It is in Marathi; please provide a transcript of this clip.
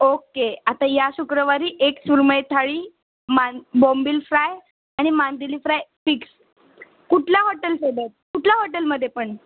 ओके आता या शुक्रवारी एक सुरमई थाळी मान बोंबील फ्राय आणि मांदेली फ्राय फिक्स कुठल्या हॉटेलसोबत कुठल्या हॉटेलमध्ये पण